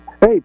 Hey